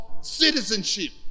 citizenship